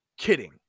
Kidding